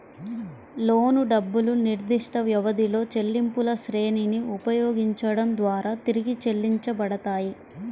లోను డబ్బులు నిర్దిష్టవ్యవధిలో చెల్లింపులశ్రేణిని ఉపయోగించడం ద్వారా తిరిగి చెల్లించబడతాయి